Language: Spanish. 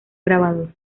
grabador